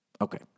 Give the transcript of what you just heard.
Okay